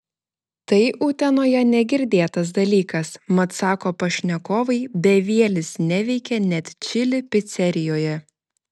tai utenoje negirdėtas dalykas mat sako pašnekovai bevielis neveikia net čili picerijoje